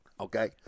okay